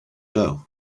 doe